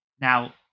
Now